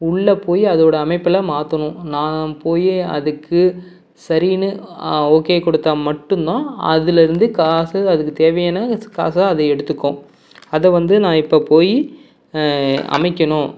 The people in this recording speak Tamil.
உள்ளே போய் அதோட அமைப்பில் மாற்றணும் நான் போய் அதுக்கு சரின்னு ஓகே கொடுத்தா மட்டும்தான் அதிலேருந்து காசு அதுக்கு தேவையான காசை அது எடுத்துக்கும் அதை வந்து நான் இப்போ போய் அமைக்கணும்